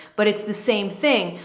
but it's the same thing.